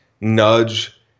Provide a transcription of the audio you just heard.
nudge